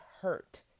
hurt